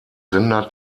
sender